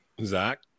Zach